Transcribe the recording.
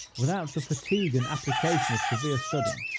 without the fatigue and application of severe study,